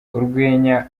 urwenya